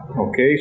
Okay